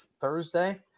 Thursday